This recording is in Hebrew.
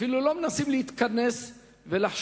אפילו לא מנסים להתכנס ולחשוב